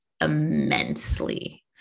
immensely